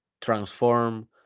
transform